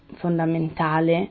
fondamentale